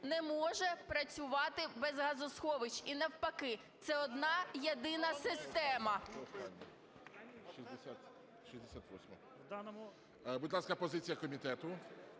не може працювати без газосховищ, і навпаки, це одна-єдина система. ГОЛОВУЮЧИЙ. Будь ласка, позиція комітету.